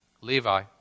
Levi